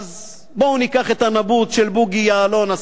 בואו ניקח את הנבוט של בוגי יעלון,